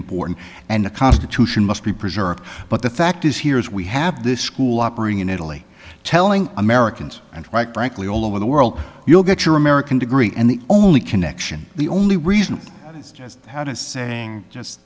important and the constitution must be preserved but the fact is here is we have this school operating in italy telling americans and right brackley all over the world you'll get your american degree and the only connection the only reason is just how does saying just